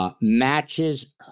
Matches